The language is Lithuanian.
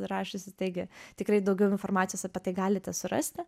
rašiusi taigi tikrai daugiau informacijos apie tai galite surasti